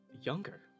younger